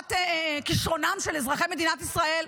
כאוות כשרונם של אזרחי מדינת ישראל.